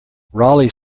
raleigh